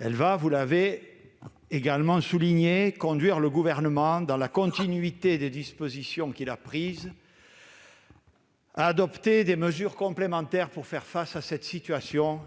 forte. Vous l'avez également souligné, elle va conduire le Gouvernement, dans la continuité des dispositions qu'il a prises, à adopter des mesures complémentaires pour faire face à cette situation.